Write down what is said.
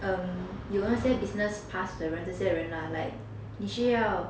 um 有那些 business pass 的人这些人 lah like 你需要